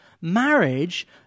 Marriage